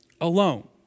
alone